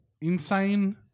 insane